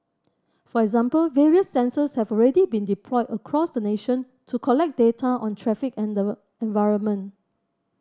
for example various sensors have already been deployed across the nation to collect data on traffic and the environment